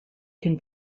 can